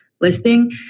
listing